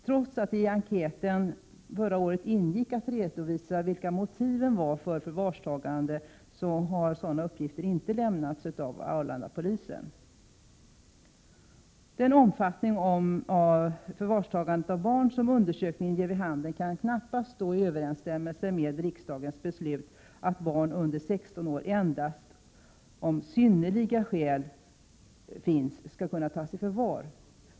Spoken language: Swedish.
Trots att det i enkäten förra året ingick att redovisa motiven för förvarstagande har sådana uppgifter inte lämnats av Arlandapolisen. Undersökningen ger vid handen att omfattningen av förvarstagande av barn knappast kan stå i överensstämmelse med riksdagens beslut, att barn under 16 år endast om synnerliga skäl föreligger skall kunna tas i förvar.